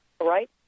right